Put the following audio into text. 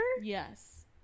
Yes